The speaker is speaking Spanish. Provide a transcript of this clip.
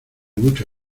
mucho